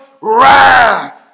wrath